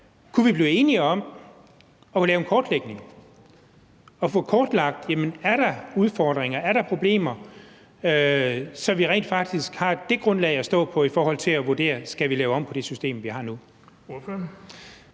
kunne vi blive enige om at lave en kortlægning og få kortlagt, om der er udfordringer, og om der er problemer, så vi rent faktisk har det grundlag at stå på i forhold til at vurdere, om vi skal lave om på det system, vi har nu?